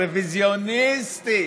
רוויזיוניסטי,